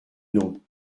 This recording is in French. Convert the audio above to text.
non